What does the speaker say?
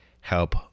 help